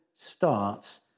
starts